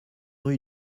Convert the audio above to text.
rue